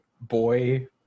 boy